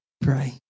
Pray